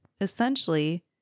essentially